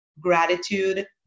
gratitude